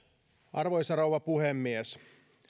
arvoisa rouva puhemies